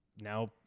now